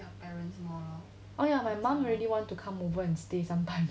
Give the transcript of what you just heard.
oh ya my mum already want to come over and stay sometimes